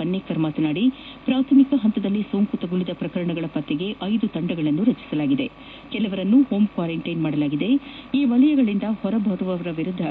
ಪನ್ನೇಕರ್ ಮಾತನಾಡಿ ಪ್ರಾಥಮಿಕ ಪಂತದಲ್ಲಿ ಸೋಂಕು ತಗುಲಿದ ಪ್ರಕರಣಗಳ ಪತ್ತೆಗೆ ಐದು ತಂಡ ರಚಿಸಲಾಗಿದೆ ಕೆಲವರನ್ನು ಹೋಂ ಕ್ವಾರ್ಕೆಂಟ್ಟಿನ್ ಮಾಡಲಾಗಿದೆ ಈ ವಲಯಗಳಿಂದ ಹೊರಬರುವವರ ವಿರುದ್ದ